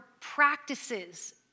practices